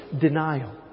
denial